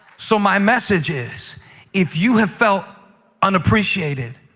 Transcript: so, my message is if you have felt unappreciated,